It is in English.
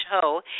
show